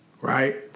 right